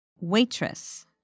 waitress